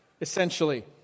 essentially